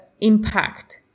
impact